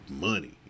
money